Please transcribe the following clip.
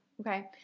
Okay